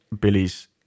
billy's